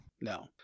No